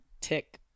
tick